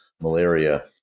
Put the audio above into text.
malaria